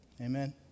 Amen